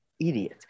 idiot